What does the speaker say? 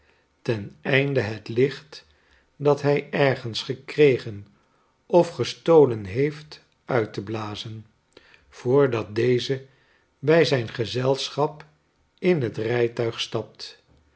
ten einde het licht dat hij ergens gekregen of gestolen heeft uitte blazen voordat deze bij zijn gezelschap in het rijtuig stapt